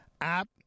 app